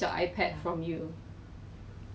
actually 他不会去特地留你 lah